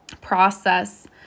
process